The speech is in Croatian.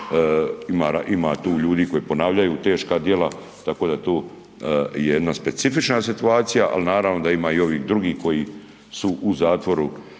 Ima tu ljudi koji ponavljaju teška djela, tako da je to jedna specifična situacija, ali naravno da ima i ovih drugi koji su u zatvoru